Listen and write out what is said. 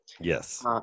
Yes